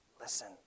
listen